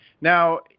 Now